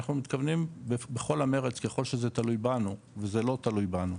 אנחנו מתכוונים בכל המרץ ככל שזה תלוי בנו וזה לא תלוי בנו,